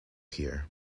here